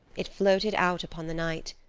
it floated out upon the night,